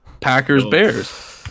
Packers-Bears